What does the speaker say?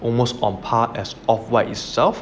almost on par as off white itself